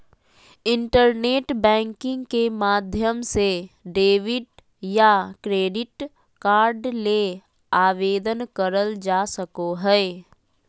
internet banking के माध्यम से डेबिट या क्रेडिट कार्ड ले आवेदन करल जा सको हय